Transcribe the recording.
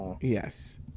Yes